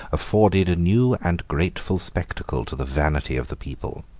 afforded a new and grateful spectacle to the vanity of the people.